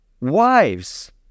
Wives